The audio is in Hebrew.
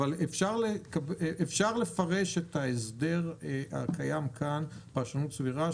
אבל אפשר לפרש את ההסבר הקיים כאן פרשנות סבירה,